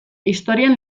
historian